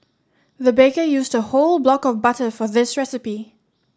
the baker used a whole block of butter for this recipe